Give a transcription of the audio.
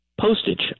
Postage